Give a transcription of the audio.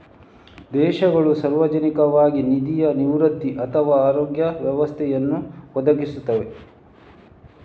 ದೇಶಗಳು ಸಾರ್ವಜನಿಕವಾಗಿ ನಿಧಿಯ ನಿವೃತ್ತಿ ಅಥವಾ ಆರೋಗ್ಯ ವ್ಯವಸ್ಥೆಯನ್ನು ಒದಗಿಸುತ್ತವೆ